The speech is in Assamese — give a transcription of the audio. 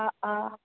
অঁ অঁ